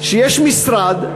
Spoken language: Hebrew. שיש משרד,